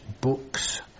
books